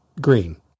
green